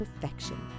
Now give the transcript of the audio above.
perfection